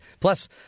Plus